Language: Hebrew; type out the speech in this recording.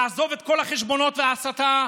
לעזוב את כל החשבונות וההסתה,